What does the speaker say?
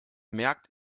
merkt